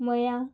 मया